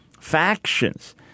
factions